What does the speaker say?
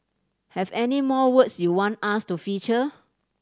have any more words you want us to feature